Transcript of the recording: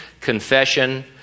confession